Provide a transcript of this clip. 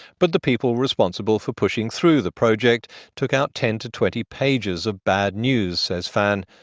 but the people responsible for pushing through the project took out ten to twenty pages of bad news, says fan,